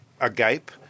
agape